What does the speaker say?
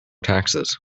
taxes